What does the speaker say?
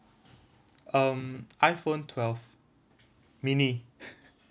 um iPhone twelve mini